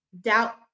doubt